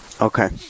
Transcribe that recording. Okay